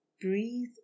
Breathe